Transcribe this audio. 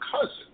cousin